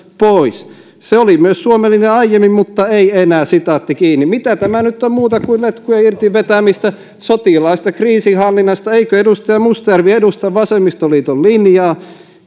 pois se oli myös suomen linja aiemmin mutta ei enää mitä tämä nyt on muuta kuin letkujen irti vetämistä sotilaallisesta kriisinhallinnasta eikö edustaja mustajärvi edusta vasemmistoliiton linjaa